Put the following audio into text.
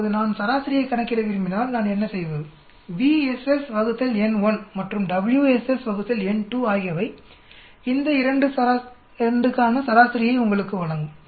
இப்போது நான் சராசரியைக் கணக்கிட விரும்பினால் நான் என்ன செய்வது B SS n1 மற்றும் W SS n2 ஆகியவை இந்த 2 க்கான சராசரியை உங்களுக்கு வழங்கும்